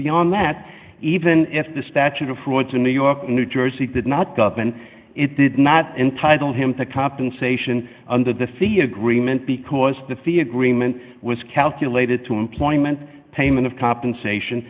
beyond that even if the statute of frauds in new york in new jersey did not go up and it did not entitle him to compensation under the fee agreement because the fee agreement was calculated to employment payment of compensation